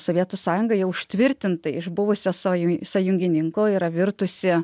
sovietų sąjunga jau užtvirtintai iš buvusio saju sąjungininko yra virtusi